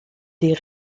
des